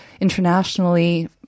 internationally